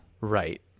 Right